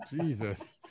Jesus